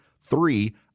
Three